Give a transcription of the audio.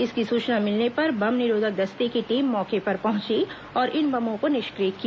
इसकी सूचना मिलने पर बम निरोधक दस्ते की टीम मौके पर पहुंची और इन बमों को निष्क्रिय किया